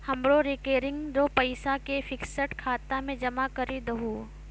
हमरो रेकरिंग रो पैसा के फिक्स्ड खाता मे जमा करी दहो